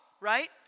right